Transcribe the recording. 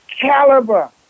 caliber